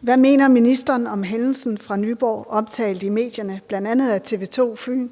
Hvad mener ministeren om hændelsen fra Nyborg, omtalt i medierne, bl.a. af TV 2/Fyn